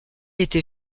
était